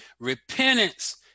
repentance